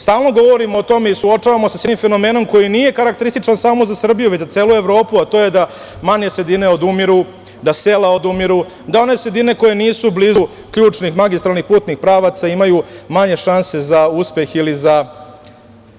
Stalno govorimo o tome i suočavamo se sa jednim fenomenom koji nije karakterističan samo za Srbiju, već za celu Evropu, a to je da manje sredine odumiru, da se sela odumiru, da one sredine koje nisu blizu ključnih magistralnih putnih pravaca imaju manje šanse za uspeh i za